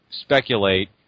Speculate